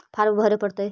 Farm भरे परतय?